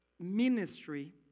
Ministry